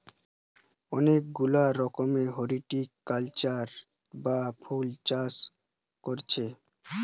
অনেক গুলা রকমের হরটিকালচার বা ফুল চাষ কোরছি